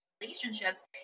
relationships